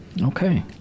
Okay